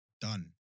done